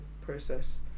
process